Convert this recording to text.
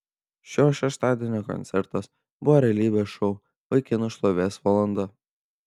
šio šeštadienio koncertas buvo realybės šou vaikinų šlovės valanda